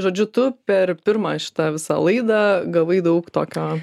žodžiu tu per pirmą šitą visą laidą gavai daug tokio